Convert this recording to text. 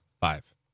five